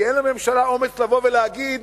כי אין לממשלה אומץ לבוא ולהגיד